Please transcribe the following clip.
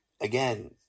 again